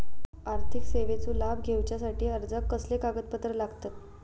आर्थिक सेवेचो लाभ घेवच्यासाठी अर्जाक कसले कागदपत्र लागतत?